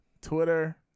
Twitter